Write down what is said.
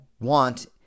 want